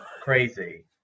crazy